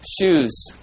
shoes